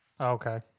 Okay